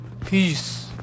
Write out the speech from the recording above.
Peace